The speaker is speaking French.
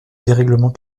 dérèglement